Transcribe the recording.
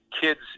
kids